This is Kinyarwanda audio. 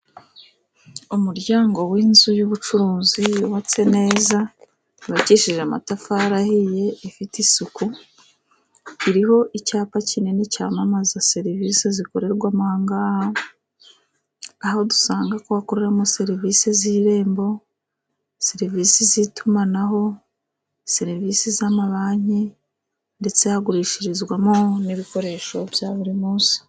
Umuryango w'inzu y'ubucuruzi, yubatse neza yubakishije amatafari ahiye, ifite isuku iriho icyapa kinini cyamamaza serivisi zikorerwamo aha ngaha, aho dusanga ko hakoreramo serivisi z'irembo serivisi z'itumanaho, serivisi z'amabanki ndetse hagurishirizwamo n'ibikoresho bya buri munsi.